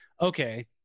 okay